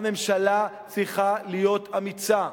הממשלה צריכה להיות אמיצה,